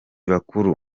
bakuru